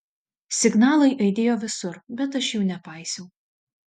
signalai aidėjo visur bet aš jų nepaisiau